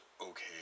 okay